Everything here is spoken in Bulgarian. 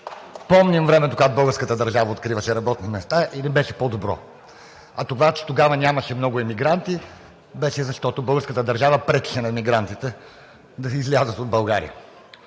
Помним времето, когато българската държава откриваше работни места, и не беше по-добро. А това, че тогава нямаше много емигранти, беше защото българската държава пречеше на емигрантите да излязат от България.